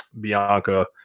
Bianca